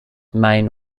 main